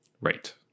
Right